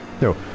No